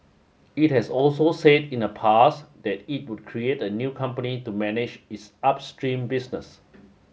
it has also said in the past that it would create a new company to manage its upstream business